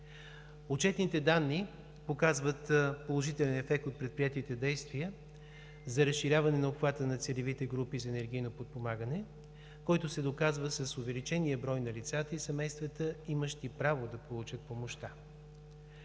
Отчетените данни показват положителен ефект от предприетите действия за разширяване обхвата на целевите групи за енергийно подпомагане, който се доказва с увеличения брой на лицата и семействата, имащи право да получат помощта.